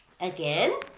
Again